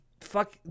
fuck